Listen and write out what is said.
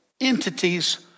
entities